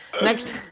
Next